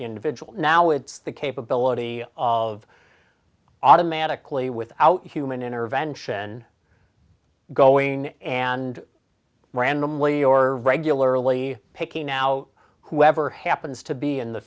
individuals now it's the capability of automatically without human intervention going and randomly or regularly picking out whoever happens to be in the